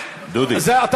חבר